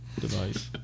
device